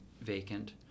vacant